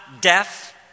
deaf